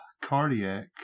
Cardiac